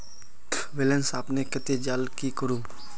Balance अपने कते जाले की करूम?